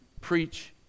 preach